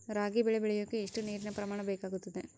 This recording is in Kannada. ರಾಗಿ ಬೆಳೆ ಬೆಳೆಯೋಕೆ ಎಷ್ಟು ನೇರಿನ ಪ್ರಮಾಣ ಬೇಕಾಗುತ್ತದೆ?